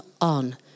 on